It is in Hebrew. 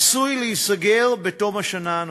עשוי להיסגר בתום השנה הנוכחית.